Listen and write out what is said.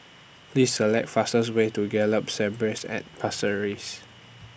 Please Select fastest Way to Gallop Stables At Pasir Ris